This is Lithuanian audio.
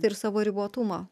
ir savo ribotumą